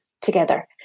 together